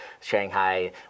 Shanghai